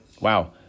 Wow